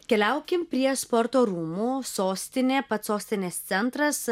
keliaukim prie sporto rūmų sostinė pats sostinės centras